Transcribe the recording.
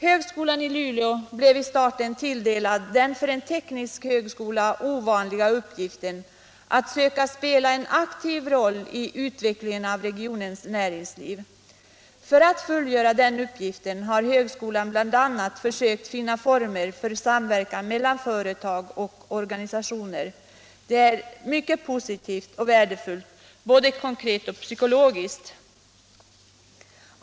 Högskolan i Luleå blev vid starten tilldelad den för en teknisk högskola ovanliga uppgiften av söka spela en aktiv roll i utvecklingen av regionens näringsliv. För att fullgöra den uppgiften har högskolan bl.a. försökt finna former för samverkan mellan företag och organisationer. Det är mycket positivt och värdefullt — både konkret och psykologiskt.